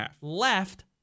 left